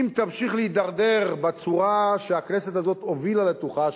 אם תמשיך להידרדר בצורה שהכנסת הזאת הובילה לתוכה,